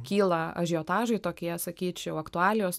kyla ažiotažai tokie sakyčiau aktualijos